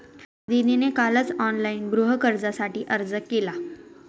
दीदीने कालच ऑनलाइन गृहकर्जासाठी अर्ज केला